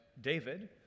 David